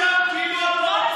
כאילו את